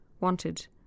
Wanted